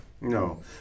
No